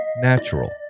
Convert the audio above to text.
natural